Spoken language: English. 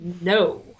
No